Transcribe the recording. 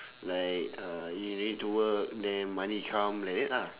like uh you don't need to work then money come like that lah